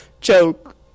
joke